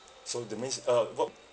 so that means a work